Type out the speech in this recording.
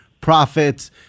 profits